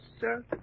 sir